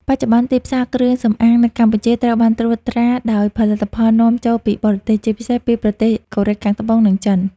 បច្ចុប្បន្ន ទីផ្សារគ្រឿងសម្អាងនៅកម្ពុជាត្រូវបានត្រួតត្រាដោយផលិតផលនាំចូលពីបរទេស ជាពិសេសពីប្រទេសកូរ៉េខាងត្បូង និងចិន។